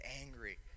angry